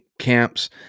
camps